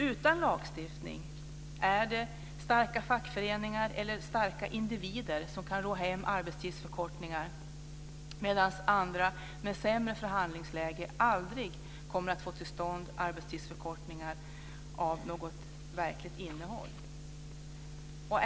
Utan lagstiftning är det starka fackföreningar eller starka individer som kan ro hem arbetstidsförkortningar, medan andra med sämre förhandlingsläge aldrig kommer att få till stånd arbetstidsförkortningar med något verkligt innehåll.